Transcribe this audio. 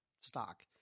stock